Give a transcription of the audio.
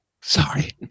Sorry